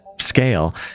scale